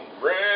Red